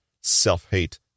self-hate